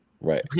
Right